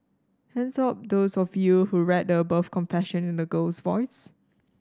hands up those of you who read the above confession in a girl's voice